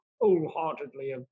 wholeheartedly